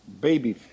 Baby